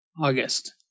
august